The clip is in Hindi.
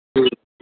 ठीक